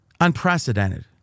unprecedented